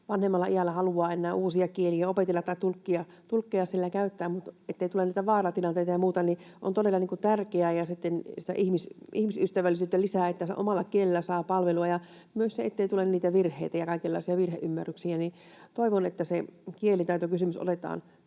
vanhemmalla iällä haluaa enää uusia kieliä opetella tai tulkkeja siellä käyttää, ja jottei tule niitä vaaratilanteita ja muuta, on todella tärkeää ja ihmisystävällisyyttä lisää, että omalla kielellä saa palvelua. Myös se, ettei tule niitä virheitä ja kaikenlaisia virheymmärryksiä. Toivon, että se kielitaitokysymys otetaan